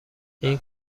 این